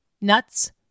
nuts